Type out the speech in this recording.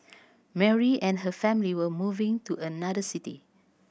Mary and her family were moving to another city